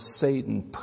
Satan